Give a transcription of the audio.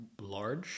large